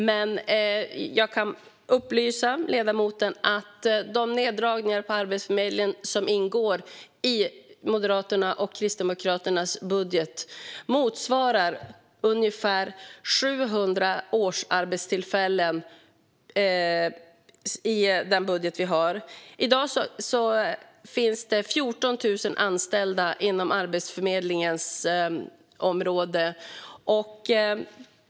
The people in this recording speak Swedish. Men jag kan upplysa ledamoten om att de neddragningar på Arbetsförmedlingen som ingår i Moderaternas och Kristdemokraternas budget motsvarar ungefär 700. I dag finns det 14 000 anställda inom Arbetsförmedlingens område.